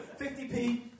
50p